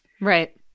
Right